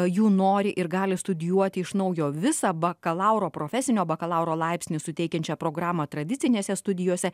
jų nori ir gali studijuoti iš naujo visą bakalauro profesinio bakalauro laipsnį suteikiančią programą tradicinėse studijose